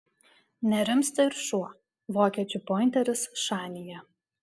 nerimsta ir šuo vokiečių pointeris šanyje